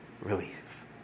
relief